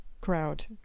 crowd